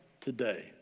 today